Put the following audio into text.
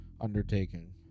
undertaking